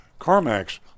CarMax